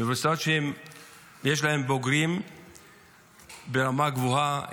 אוניברסיטאות שיש להן בוגרים ברמה גבוהה,